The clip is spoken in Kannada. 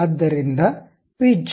ಆದ್ದರಿಂದ ಪಿಚ್ 1